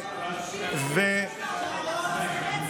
בסדר גמור.